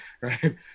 right